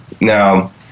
Now